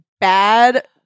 bad